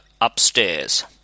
upstairs